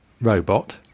robot